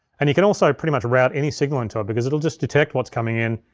and you can also pretty much route any signal into it, because it'll just detect what's coming in.